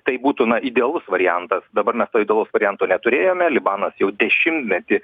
tai būtų na idealus variantas dabar mes to idealaus varianto neturėjome libanas jau dešimtmetį